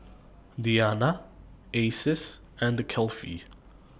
Diyana Aziz and The Kefli